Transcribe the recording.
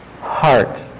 heart